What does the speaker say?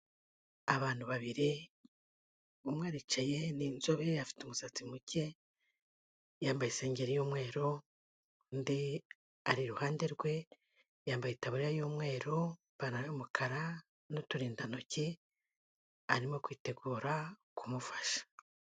Abantu babiri, umwe aricaye, ni inzobe afite umusatsi muke, yambaye isengeri y'umweru, undi ari iruhande rwe, yambaye itaburiya y'umweru, ipantaro y'umukara n'uturindantoki, arimo kwitegura kumufasha.